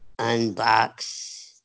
Unbox